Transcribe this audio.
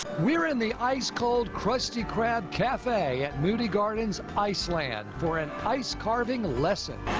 we're in the ice cold crusty crab cafe at moody gardens iceland for an ice carving lesson.